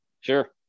sure